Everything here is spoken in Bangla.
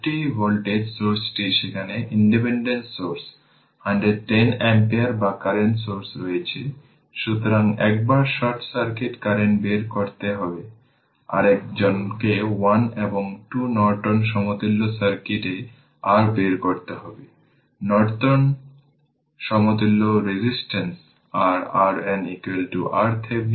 সুতরাং রেসালট্যান্ট আপওয়ার্ড হল i1 i2 সুতরাং 2 i1 i2 0 বা শুধুমাত্র উভয় পক্ষকে 2 দিয়ে মাল্টিপ্লাই করুন তারপর di1 dt 4 i1 4 i2 0 পাবেন এটি দেওয়া ইকুয়েশন 3